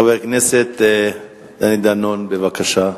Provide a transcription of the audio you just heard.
חבר הכנסת דני דנון, בבקשה.